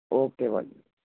okay ਭਾਅ ਜੀ